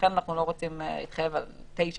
ולכן אנחנו לא רוצים להתחייב על 09:00,